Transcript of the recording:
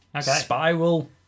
Spiral